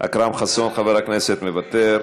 אכרם חסון, חבר הכנסת, מוותר,